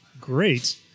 great